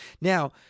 Now